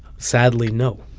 sadly, no